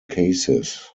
cases